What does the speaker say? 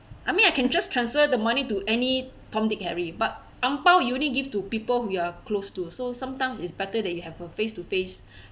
I mean I can just transfer the money to any tom dick harry but ang pow you only give to people who we are close to so sometimes it's better that you have a face to face